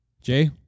Jay